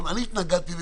אני התנגדתי לזה,